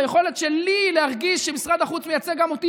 ליכולת שלי להרגיש שמשרד החוץ מייצג גם אותי?